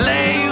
Lay